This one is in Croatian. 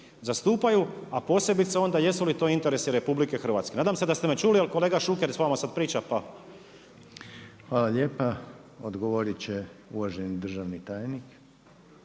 a posebice onda jesu li to interesi RH. Nadam se da ste me čuli, jer kolega Šuker sa vama sad priča, pa. **Reiner, Željko (HDZ)** Hvala lijepa. Odgovorit će uvaženi državni tajnik.